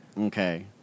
okay